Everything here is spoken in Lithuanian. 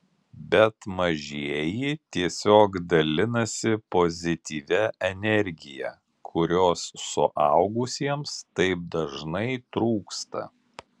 bet mažieji tiesiog dalinasi pozityvia energija kurios suaugusiems taip dažnai trūksta